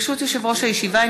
ברשות יושב-ראש הישיבה,